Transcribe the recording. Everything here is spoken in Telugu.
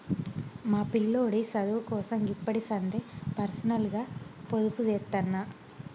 మా పిల్లోడి సదువుకోసం గిప్పడిసందే పర్సనల్గ పొదుపుజేత్తన్న